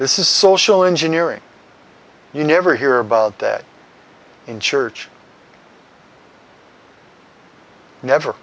this is social engineering you never hear about that in church never